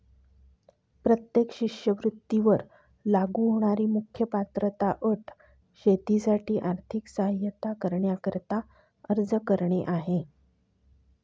प्रत्येक शिष्यवृत्ती वर लागू होणारी मुख्य पात्रता अट शेतीसाठी आर्थिक सहाय्यता करण्याकरिता अर्ज करणे आहे